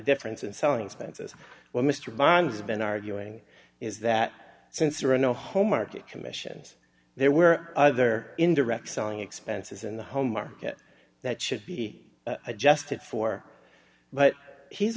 difference in selling expenses when mr bond has been arguing is that since there are no home market commissions there were other indirect selling expenses in the home market that should be adjusted for but he's